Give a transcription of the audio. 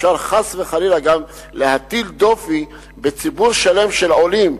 אפשר גם חס וחלילה להטיל דופי בציבור שלם של עולים.